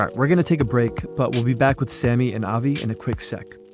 um we're gonna take a break, but we'll be back with sammy and avi in a quick sec